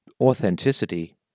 authenticity